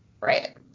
Right